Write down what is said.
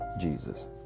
Jesus